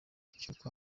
cy’uko